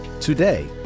Today